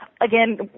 again